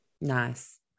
Nice